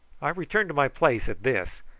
i returned to my place at this,